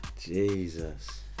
Jesus